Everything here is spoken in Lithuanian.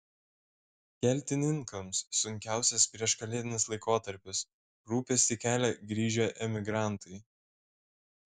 keltininkams sunkiausias prieškalėdinis laikotarpis rūpestį kelia grįžę emigrantai